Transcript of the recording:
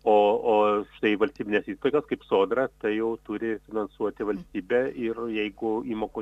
o o štai valstybinės įstaigos kaip sodra tai jau turi finansuoti valstybė ir jeigu įmokų